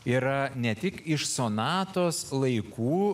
yra ne tik iš sonatos laikų